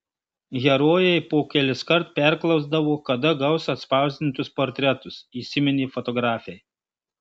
herojai po keliskart perklausdavo kada gaus atspausdintus portretus įsiminė fotografei